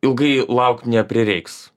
ilgai laukt neprireiks